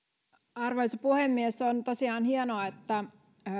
arvoisa puhemies on tosiaan hienoa että